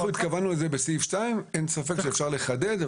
אנחנו קבענו את זה בסעיף 2. אין ספק שאפשר לחדד.